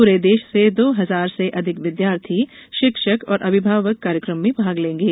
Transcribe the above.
पूरे देश से दो हजार से अधिक विद्यार्थी शिक्षक और अभिभावक कार्यक्रम में भाग लेंगे